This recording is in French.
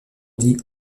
dit